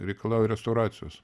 reikalauja restauracijos